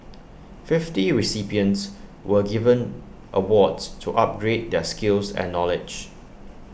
fifty recipients were given awards to upgrade their skills and knowledge